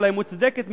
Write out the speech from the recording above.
אולי מוצדקת מצדו,